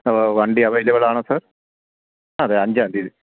വണ്ടി അവൈലബിളാണോ സാര് അതെ അഞ്ചാം തീയതി